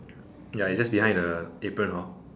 ya it's just behind the apron hor